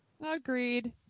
Agreed